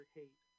hate